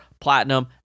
platinum